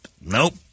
nope